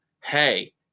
hey